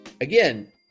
Again